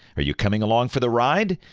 are you coming along for the ride?